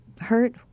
hurt